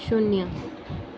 શૂન્ય